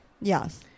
Yes